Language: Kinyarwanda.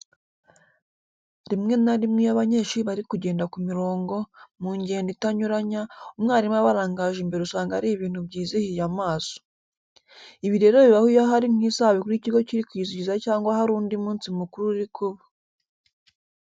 Rimwe na rimwe iyo abanyeshuri bari kugenda ku mirongo, mu ngendo itanyuranya, umwarimu abarangaje imbere usanga ari ibintu byizihiye amaso. Ibi rero bibaho iyo hari nk'isabukuru ikigo kiri kwizihiza cyangwa hari undi munsi mukuru uri kuba.